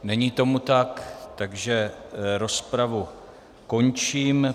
Není tomu tak, takže rozpravu končím.